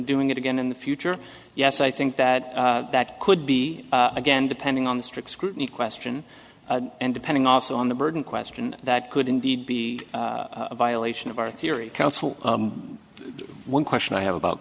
doing it again in the future yes i think that that could be again depending on the strict scrutiny question and depending also on the burden question that could indeed be a violation of our theory counsel one question i have about